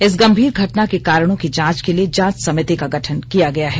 इस गंभीर घटना के कारणों की जांच के लिए जांच समिति का गठन किया गया है